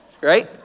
right